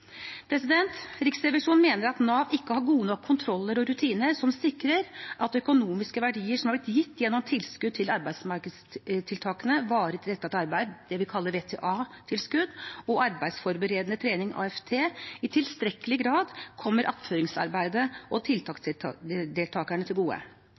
Riksrevisjonen mener at Nav ikke har gode nok kontroller og rutiner som sikrer at økonomiske verdier som har vært gitt gjennom tilskudd til arbeidsmarkedstiltakene varig tilrettelagt arbeid, det vi kaller VTA-tilskudd, og arbeidsforberedende trening, AFT, i tilstrekkelig grad kommer attføringsarbeidet og tiltaksdeltakerne til gode.